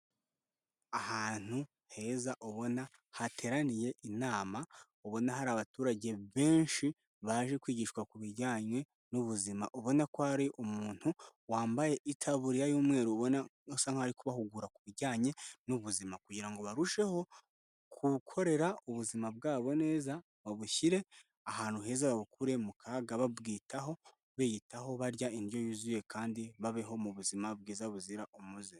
Ahantu heza ubona hateraniye inama ubona hari abaturage benshi baje kwigishwa ku bijyanye n'ubuzima, ubona ko hari umuntu wambaye itaburiya y'umweru ubona usa nk'ari kubahugura ku bijyanye n'ubuzima kugira ngo barusheho kuwukorera ubuzima bwabo neza babushyire ahantu heza babukure mu kaga babwitaho, biyitaho barya indyo yuzuye kandi babeho mu buzima bwiza buzira umuze.